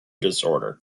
disorder